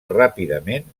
ràpidament